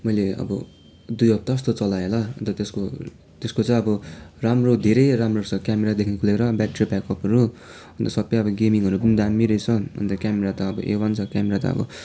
मैले अब दुई हप्ता जस्तो चलाएँ होला अन्त त्यसको त्यसको चहिँ अब राम्रो धेरै राम्रो छ क्यामरादेखिको लिएर ब्याट्री ब्याक अपहरू अन्त सबै अब गेमिङहरू पनि दामी रहेछ अन्त क्यामरा त अब ए वान छ क्यामरा त अब